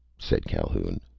said calhoun.